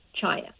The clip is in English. China